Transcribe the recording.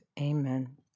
Amen